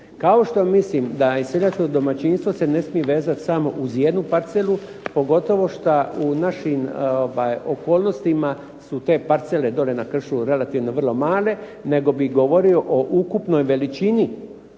Kao što mislim da se seljačko domaćinstvo se ne smije vezati samo uz jednu parcelu, pogotovo što u našim okolnostima su te parcele dolje na kršu relativno vrlo male, nego bi govorio o ukupnoj veličini